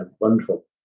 wonderful